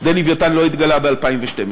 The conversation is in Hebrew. שדה "לווייתן" לא התגלה ב-2012,